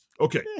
Okay